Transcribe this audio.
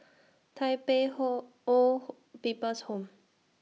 Tai Pei whole Old People's Home